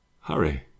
hurry